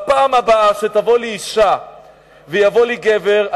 בפעם הבאה שתבוא אלי אשה ויבוא אלי גבר,